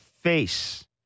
face